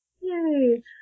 Yay